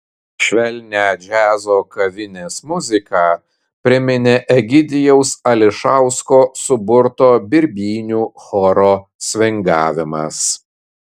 švelnią džiazo kavinės muziką priminė egidijaus ališausko suburto birbynių choro svingavimas